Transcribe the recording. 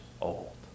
old